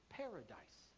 paradise